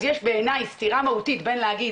אז יש בעיניי סתירה מהותית בין להגיד